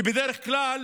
כי בדרך כלל